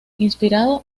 inspirado